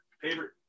favorite